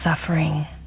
suffering